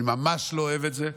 אני ממש לא אוהב את זה,